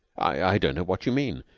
i don't know what you mean,